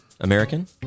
American